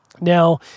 now